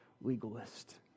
legalist